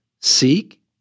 seek